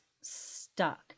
stuck